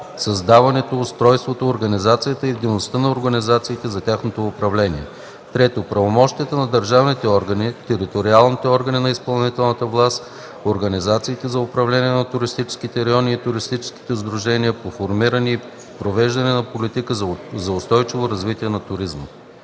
създаването, устройството, организацията и дейността на организациите за тяхното управление; 3. правомощията на държавните органи, териториалните органи на изпълнителната власт, организациите за управление на туристическите райони и туристическите сдружения по формиране и провеждане на политика за устойчиво развитие на туризма.”